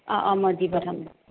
অঁ অঁ মই দি পঠাম